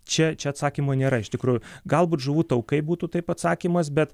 čia čia atsakymo nėra iš tikrųjų galbūt žuvų taukai būtų taip atsakymas bet